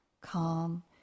calm